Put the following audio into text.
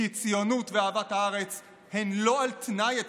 כי ציונות ואהבת הארץ הן לא על תנאי אצלם.